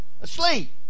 Asleep